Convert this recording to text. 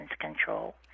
control